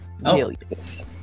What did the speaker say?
Millions